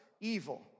evil